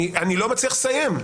אני לא מצליח לסיים.